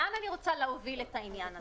לאן אני רוצה להוביל את העניין הזה?